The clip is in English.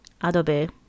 adobe